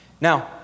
Now